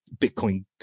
bitcoin